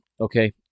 Okay